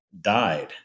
died